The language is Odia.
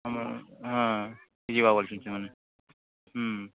ଆମର୍ ହଁ ହେଇଯିବା ବୋଲୁଛି ସେମାନେ